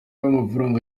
w’amafaranga